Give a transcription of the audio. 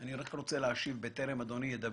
אני רק רוצה להשיב - אנחנו